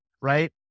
right